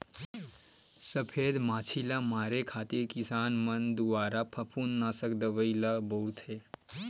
सफेद मांछी ल मारे खातिर किसान मन दुवारा फफूंदनासक दवई ल बउरथे